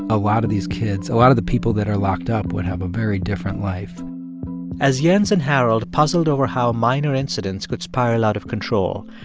a lot of these kids, a lot of the people that are locked up, would have a very different life as jens and harold puzzled over how minor incidents could spiral out of control,